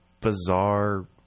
bizarre